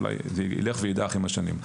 אולי זה ילך וידעך עם השנים.